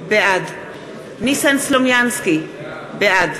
בעד ניסן סלומינסקי, בעד